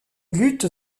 lutte